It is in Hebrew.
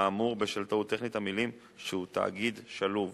האמור, בשל טעות טכנית, המלים "שהוא תאגיד שלוב".